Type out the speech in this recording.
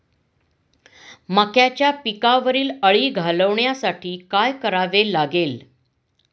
मक्याच्या पिकावरील अळी घालवण्यासाठी काय करावे लागेल?